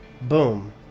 boom